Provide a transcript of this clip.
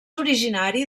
originari